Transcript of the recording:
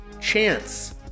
Chance